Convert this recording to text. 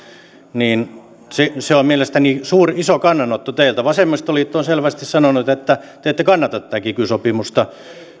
se se on mielestäni iso kannanotto teiltä vasemmistoliitto on selvästi sanonut että te ette kannata tätä kiky sopimusta